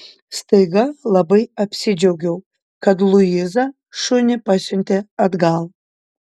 staiga labai apsidžiaugiau kad luiza šunį pasiuntė atgal